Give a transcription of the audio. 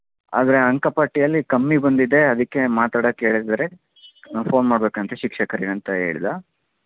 ಆದರೆ ಅಂಕಪಟ್ಟಿಯಲ್ಲಿ ಕಮ್ಮಿ ಬಂದಿದೆ ಅದಕ್ಕೆ ಮಾತಾಡಕ್ಕೆ ಹೇಳಿದ್ದಾರೆ ಫೋನ್ ಮಾಡಬೇಕಂತೆ ಶಿಕ್ಷಕರಿಗೆ ಅಂತ ಹೇಳಿದ